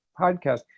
podcast